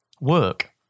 work